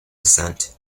dissent